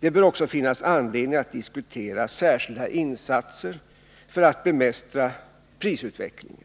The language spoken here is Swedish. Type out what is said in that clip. Det bör också finnas anledning att diskutera långtgående insatser för att bemästra prisutvecklingen.